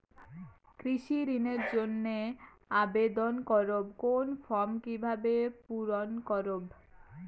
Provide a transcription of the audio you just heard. কৃষি ঋণের জন্য আবেদন করব কোন ফর্ম কিভাবে পূরণ করব?